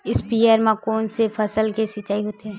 स्पीयर म कोन फसल के सिंचाई होथे?